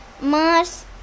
Mars